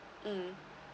um